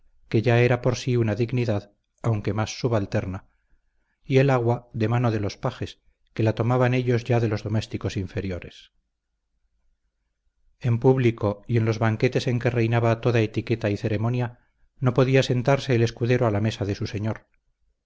que ya era por sí una dignidad aunque más subalterna y el agua de mano de los pajes que la tomaban ellos ya de los domésticos inferiores en público y en los banquetes en que reinaba toda etiqueta y ceremonia no podía sentarse el escudero a la mesa de su señor